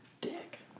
Dick